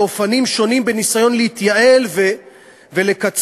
באופנים שונים בניסיון להתייעל ולקצץ,